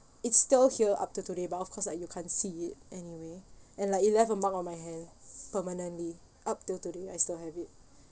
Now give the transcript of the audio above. it's still here up to today but of course like you can't see it anyway and like it left a mark on my hand permanently up till today I still have it